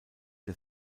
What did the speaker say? der